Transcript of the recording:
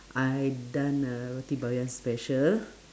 I done a roti-boyan special